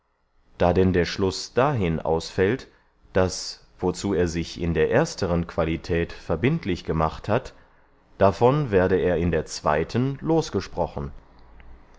da denn der schluß dahin ausfällt daß wozu er sich in der ersteren qualität verbindlich gemacht hat davon werde er in der zweyten losgesprochen